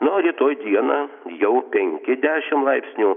na o rytoj dieną jau penki dešim laipsnių